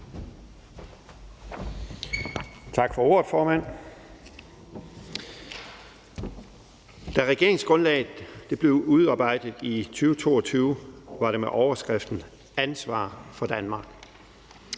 Tak for ordet, formand. Da regeringsgrundlaget blev udarbejdet i 2022, var det med overskriften »Ansvar for Danmark«.